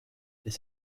this